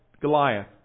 Goliath